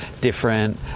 different